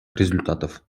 результатов